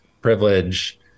privilege